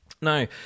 Now